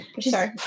Sorry